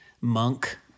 monk